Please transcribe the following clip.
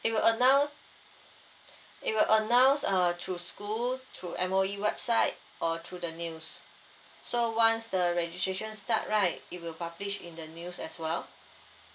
it will announce it will announce err through schools through M_O_E website or through the news so once the registration start right it will publish in the news as well